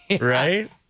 right